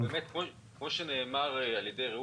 כפי שנאמר על ידי רעות,